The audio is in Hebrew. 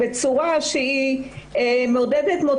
בית משפט יכול לעשות את זה בצורה מעודדת מוטיבציה